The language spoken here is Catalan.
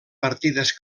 partides